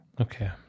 Okay